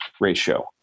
ratio